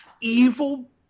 evil